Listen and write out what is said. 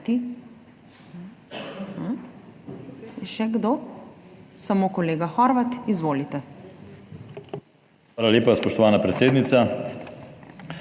Hvala lepa, spoštovana predsednica.